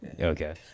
Okay